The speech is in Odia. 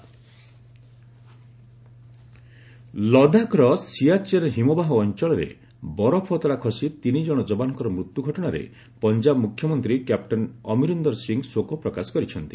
ପଞ୍ଜାବ ସିଏମ୍ ଆସିଷ୍ଟାଣ୍ଟ ଲଦାଖର ସିଆଚେନ୍ ହିମବାହ ଅଞ୍ଚଳରେ ବରଫ ଅତଡ଼ା ଖସି ତିନି ଜଣ ଯବାନଙ୍କର ମୃତ୍ୟୁ ଘଟଣାରେ ପଞ୍ଜାବ ମୁଖ୍ୟମନ୍ତ୍ରୀ କ୍ୟାପଟେନ୍ ଅମରିନ୍ଦର ସିଂହ ଶୋକ ପ୍ରକାଶ କରିଛନ୍ତି